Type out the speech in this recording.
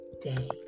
day